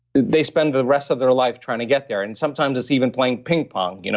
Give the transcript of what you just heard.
they spend the rest of their life trying to get there. and sometimes it's even playing ping pong. you know